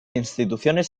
instituciones